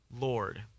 Lord